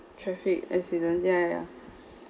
traffic accidents ya ya ya